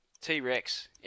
T-Rex